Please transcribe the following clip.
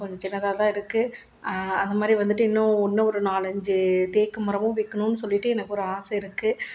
கொஞ்சம் சின்னதாக தான் இருக்குது அதை மாதிரி வந்துட்டு இன்னும் இன்னும் ஒரு நாலஞ்சு தேக்கு மரமும் வைக்கணும்னு சொல்லிட்டு எனக்கு ஒரு ஆசை இருக்குது